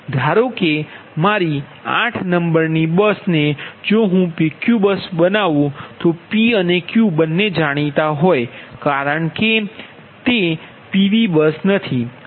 ધારો કે મારી 8 નંબરની બસ ને જો હું PQ બસ બનાવું તો P અને Q બંને જાણીતા છે કારણ કે તે PV બસ નથી